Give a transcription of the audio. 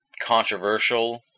controversial